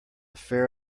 fair